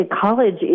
college